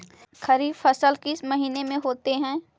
खरिफ फसल किस महीने में होते हैं?